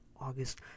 august